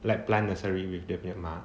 like plant nursery with dia punya mak